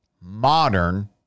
modern